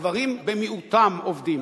הגברים במיעוטם עובדים.